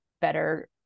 better